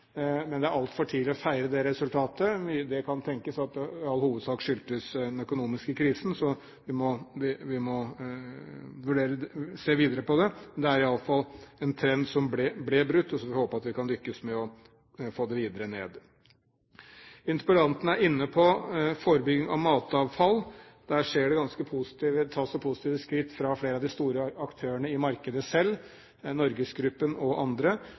men det er altfor tidlig å feire det resultatet. Det kan tenkes at det i all hovedsak skyldtes den økonomiske krisen, så vi må se videre på det. Det er iallfall en trend som ble brutt, og så får vi håpe at vi kan lykkes med å få avfallsmengden videre ned. Interpellanten er inne på forebygging når det gjelder matavfall. Der tas det positive skritt fra flere av de store aktørene i markedet selv, NorgesGruppen og andre.